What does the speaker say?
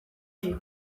vue